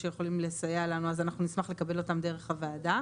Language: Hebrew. שיכולים לסייע לנו אז אנחנו נשמח לקבל אותם דרך הוועדה,